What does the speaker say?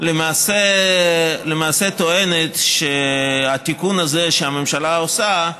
למעשה טוענת שהתיקון הזה שהממשלה עושה,